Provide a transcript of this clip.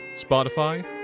Spotify